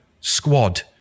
squad